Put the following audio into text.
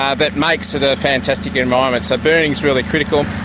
yeah that makes it a fantastic environment. so burning's really critical.